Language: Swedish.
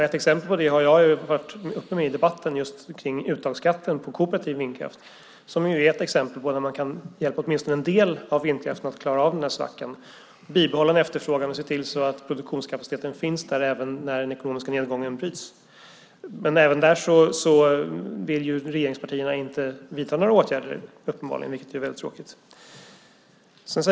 Ett exempel som jag har tagit upp i debatten är just uttagsskatten på kooperativ vindkraft, som är ett exempel på hur man kan hjälpa åtminstone en del av vindkraften att klara av svackan. Det handlar om bibehållen efterfrågan och om att se till att produktionskapaciteten finns där också när den ekonomiska nedgången bryts. Men inte heller där vill regeringspartierna vidta några åtgärder, vilket ju är mycket tråkigt.